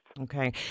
Okay